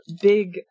big